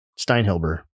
steinhilber